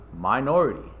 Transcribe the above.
minority